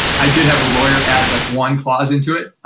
i did have a lawyer add like one clause into it.